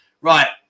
right